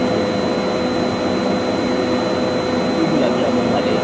माहिती आहे मैसूर गुलाबजामून झाले